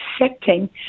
accepting